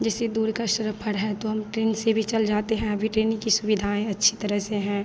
जैसे दूर का श्रफड़ है तो हम ट्रेन से भी चल जाते हैं अभी ट्रेन की सुविधाएँ अच्छी तरह से हैं